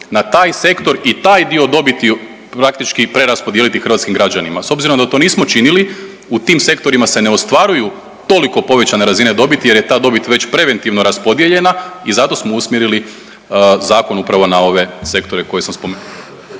na taj sektor i taj dio dobiti praktički preraspodijeliti hrvatskim građanima. S obzirom da to nismo činili u tim sektorima se ne ostvaruju toliko povećane razine dobiti, jer je ta dobit već preventivno raspodijeljena i zato smo usmjerili zakon upravo na ove sektore koje sam …/Govornik